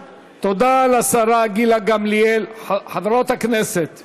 גיליתי שאחד המחסומים המרכזיים,